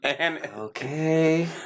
Okay